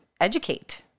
educate